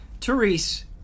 Therese